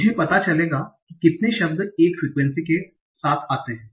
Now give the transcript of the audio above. मुझे पता चलेगा कि कितने शब्द एक फ्रिक्वेन्सी के साथ आते हैं